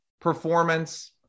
performance